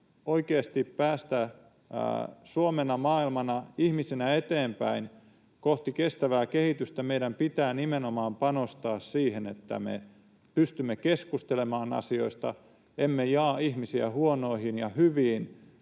oikeasti päästä Suomena, maailmana, ihmisinä eteenpäin kohti kestävää kehitystä, meidän pitää nimenomaan panostaa siihen, että me pystymme keskustelemaan asioista emmekä jaa ihmisiä huonoihin ja hyviin